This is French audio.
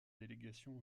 délégation